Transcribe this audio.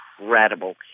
incredible